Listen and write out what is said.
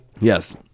yes